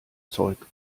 zeug